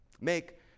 Make